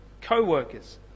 co-workers